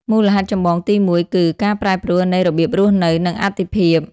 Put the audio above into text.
មូលហេតុចម្បងទីមួយ គឺ ការប្រែប្រួលនៃរបៀបរស់នៅ និងអាទិភាព។